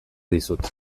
dizut